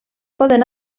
poden